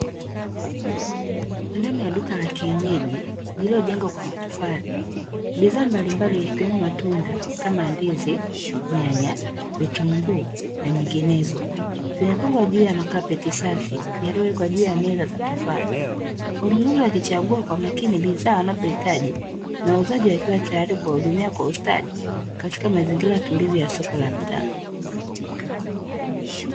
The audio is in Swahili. Ndani ya duka la kienyeji lililojengwa kwa matofali, bidhaa mbalimbali yakiwemo matunda kama: ndizi, nyanya, vitunguu na nyinginezo; zimepangwa juu ya makapeti safi yaliyowekwa juu ya meza za tofali. Wanunuzi wakichagua kwa makini bidhaa wanazohitaji na wauzaji wakiwa tayari kuwahudumia kwa ustadi katika mazingira tulivu ya soko la mtaa.